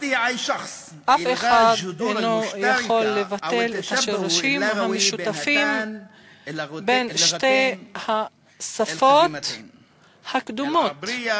אף אחד אינו יכול לבטל את השורשים המשותפים בין שתי השפות הקדומות,